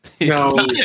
No